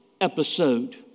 episode